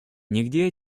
нигде